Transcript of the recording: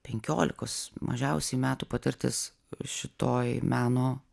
penkiolikos mažiausiai metų patirtis šitoj meno